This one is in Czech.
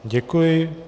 Děkuji.